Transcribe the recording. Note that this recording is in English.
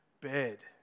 bed